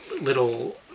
little